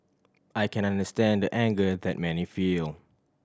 I can understand the anger that many feel